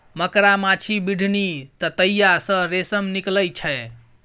मकड़ा, माछी, बिढ़नी, ततैया सँ रेशम निकलइ छै